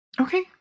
Okay